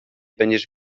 będziesz